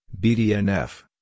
BDNF